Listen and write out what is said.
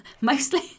mostly